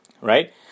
right